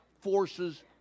forces